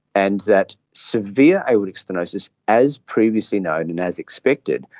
and that severe aortic stenosis, as previously known and as expected,